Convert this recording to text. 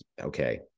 okay